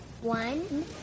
One